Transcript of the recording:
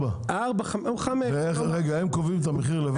הם קובעים את המחיר לבד?